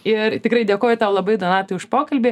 ir tikrai dėkoju tau labai donatai už pokalbį